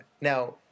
Now